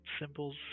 symbols